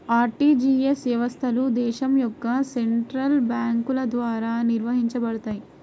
RTGS వ్యవస్థలు దేశం యొక్క సెంట్రల్ బ్యేంకుల ద్వారా నిర్వహించబడతయ్